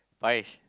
Parish